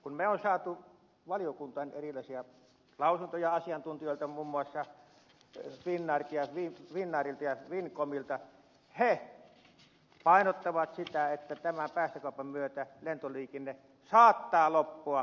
kun me olemme saaneet valiokuntaan erilaisia lausuntoja asiantuntijoilta muun muassa finnairilta ja finncommilta he painottavat sitä että tämän päästökaupan myötä lentoliikenne saattaa loppua määrätyillä reiteillä